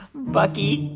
bucky,